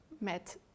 met